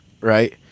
Right